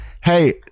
hey